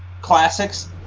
classics